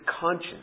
conscience